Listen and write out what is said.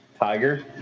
tiger